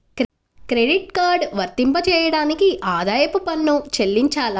Credit card వర్తింపజేయడానికి ఆదాయపు పన్ను చెల్లించాలా?